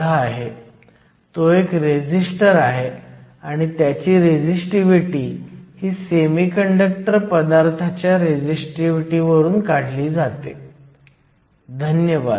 तर हे काही घटक आहेत जे तुम्हाला विचारात घ्यायचे आहेत आणि pn जंक्शन करणारी सामग्री निवडणे आवश्यक आहे